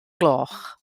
gloch